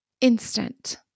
instant